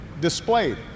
displayed